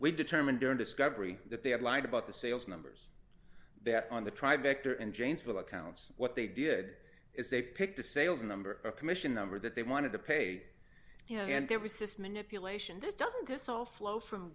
we determined during discovery that they had lied about the sales numbers that on the try victor and janesville accounts what they did is they picked a sales number a commission number that they wanted to pay you know and there was this manipulation this doesn't this all flow from